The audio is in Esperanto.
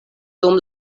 dum